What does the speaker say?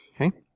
Okay